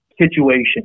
situation